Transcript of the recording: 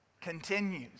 continues